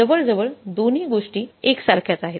जवळजवळ दोन्ही गोष्टी एकसारख्याच आहेत